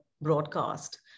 broadcast